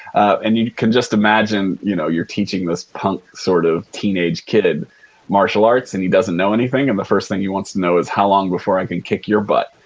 and you can just imagine you know your teaching this punk sort of teenage kid martial arts and he doesn't know anything and the first thing he wants to know is how long before i can kick your butt?